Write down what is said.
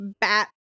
bat